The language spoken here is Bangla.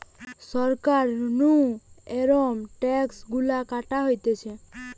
সরকার নু এরম ট্যাক্স গুলা কাটা হতিছে